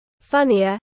funnier